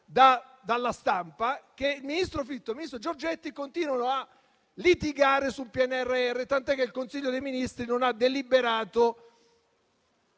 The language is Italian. sulla stampa che il ministro Fitto e il ministro Giorgetti continuano a litigare sul PNRR, tanto che il Consiglio dei ministri non ha deliberato